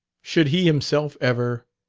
should he himself ever?